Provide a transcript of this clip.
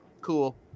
cool